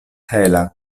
hela